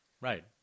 Right